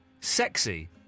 Sexy